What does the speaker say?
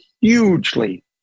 hugely